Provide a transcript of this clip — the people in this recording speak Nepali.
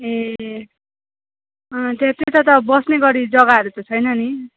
ए अँ त्यता त बस्ने गरी जग्गाहरू त छैन नि